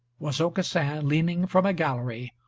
was aucassin leaning from a gallery,